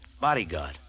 Bodyguard